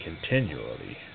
continually